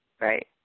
Right